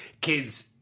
Kids